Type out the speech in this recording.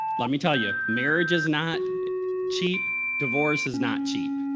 let me tell you, marriage is not cheap divorce is not cheap.